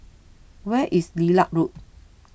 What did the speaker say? where is Lilac Road